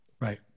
Right